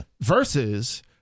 versus